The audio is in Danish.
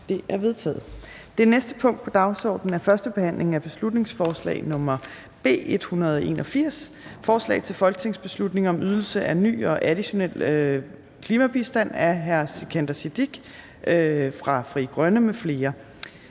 Det er vedtaget. --- Det næste punkt på dagsordenen er: 14) 1. behandling af beslutningsforslag nr. B 181: Forslag til folketingsbeslutning om ydelse af ny og additionel klimabistand. Af Sikandar Siddique (FG) m.fl.